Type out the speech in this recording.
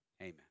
Amen